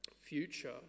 future